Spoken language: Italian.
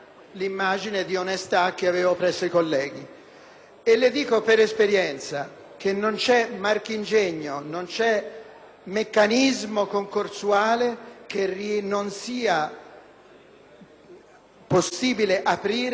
le dico per esperienza che non c'è marchingegno, non c'è meccanismo concorsuale che non sia possibile aprire con algoritmi grimaldello.